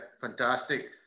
fantastic